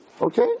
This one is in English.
Okay